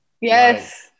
yes